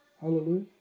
Hallelujah